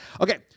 Okay